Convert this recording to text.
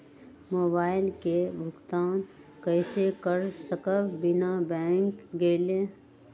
Mobile के भुगतान कईसे कर सकब बिना बैंक गईले?